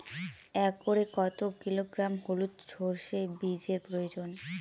একরে কত কিলোগ্রাম হলুদ সরষে বীজের প্রয়োজন?